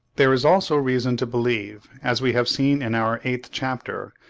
there is also reason to believe, as we have seen in our eighth chapter,